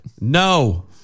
no